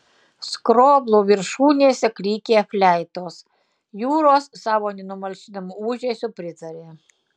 skroblų viršūnėse klykė fleitos jūros savo nenumalšinamu ūžesiu pritarė